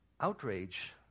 outrage